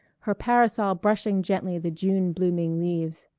her parasol brushing gently the june-blooming leaves.